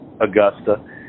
Augusta